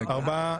הכספים.